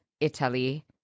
Italy